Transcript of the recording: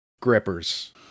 grippers